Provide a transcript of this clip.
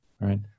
right